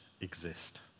exist